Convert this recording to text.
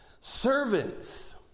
Servants